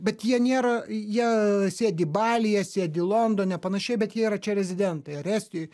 bet jie nėra jie sėdi balyje sėdi londone panašiai bet jie yra čia rezidentai ar estijoj